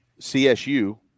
CSU –